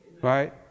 Right